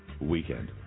weekend